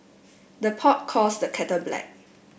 the pot calls the kettle black